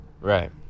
Right